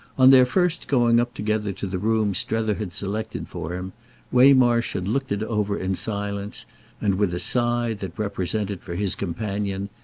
on their first going up together to the room strether had selected for him waymarsh had looked it over in silence and with a sigh that represented for his companion,